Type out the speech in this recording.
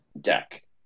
deck